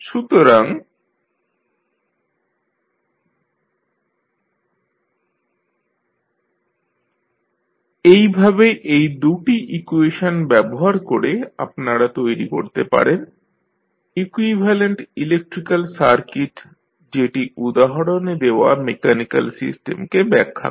সুতরাং VsL1sI1sR1I1sR2I1s I2লুপ1 0L2sI2s1sCI2sR2I2s I1লুপ2 এভাবে এই দু'টি ইকুয়েশন ব্যবহার করে আপনারা তৈরী করতে পারেন ইকুইভ্যালেন্ট ইলেকট্রিক্যাল সার্কিট যেটি উদাহরণে দেওয়া মেকানিক্যাল সিস্টেমকে ব্যাখ্যা করে